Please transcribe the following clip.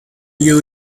you